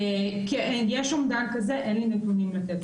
כן, יש אומדן כזה, אין לי נתונים כרגע.